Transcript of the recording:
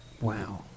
Wow